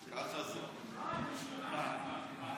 ככה זה היה יותר תוקפני.